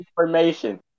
information